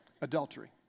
Adultery